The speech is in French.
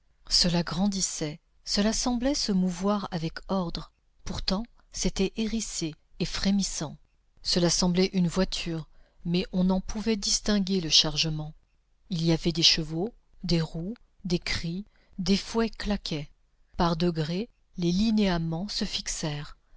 cela grandissait cela semblait se mouvoir avec ordre pourtant c'était hérissé et frémissant cela semblait une voiture mais on n'en pouvait distinguer le chargement il y avait des chevaux des roues des cris des fouets claquaient par degrés les linéaments se fixèrent